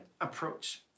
approach